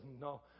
No